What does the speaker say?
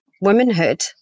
womanhood